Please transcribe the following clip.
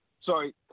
Sorry